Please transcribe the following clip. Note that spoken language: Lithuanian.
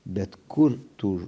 bet kur tų